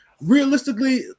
realistically